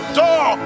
door